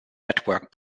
network